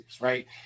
right